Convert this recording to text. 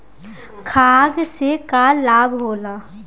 खाद्य से का लाभ होला?